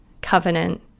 covenant